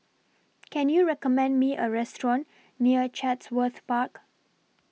Can YOU recommend Me A Restaurant near Chatsworth Park